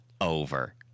Over